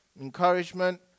encouragement